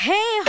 Hey